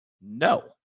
No